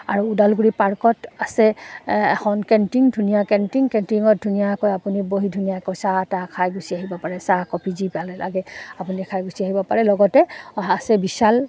আৰু ওদালগুৰি পাৰ্কত আছে এখন কেণ্টিণ ধুনীয়া কেণ্টিণ কেণ্টিণত ধুনীয়াকৈ আপুনি বহি ধুনীয়াকৈ চাহ তাহ খাই গুচি আহিব পাৰে চাহ কফি যি পালে লাগে আপুনি খাই গুচি আহিব পাৰে লগতে আছে বিশাল